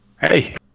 Hey